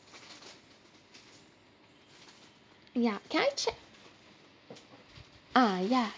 ya can I check ah ya